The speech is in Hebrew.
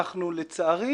אנחנו לצערי